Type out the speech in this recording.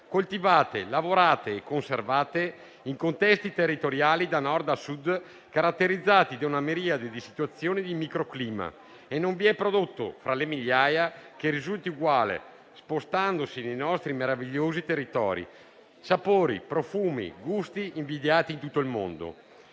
coltivate, lavorate e conservate in contesti territoriali caratterizzati da Nord a Sud da una miriade di situazioni di microclima. Non vi è prodotto, fra le migliaia, che risulti uguale, spostandosi nei nostri meravigliosi territori, con sapori, profumi e gusti invidiati in tutto il mondo.